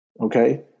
okay